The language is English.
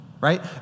right